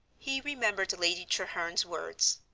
he remembered lady treherne's words,